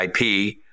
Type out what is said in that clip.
IP